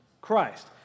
Christ